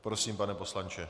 Prosím, pane poslanče.